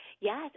Yes